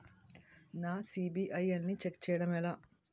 నా సిబిఐఎల్ ని ఛెక్ చేయడం ఎలా?